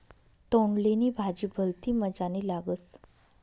तोंडली नी भाजी भलती मजानी लागस